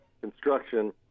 Construction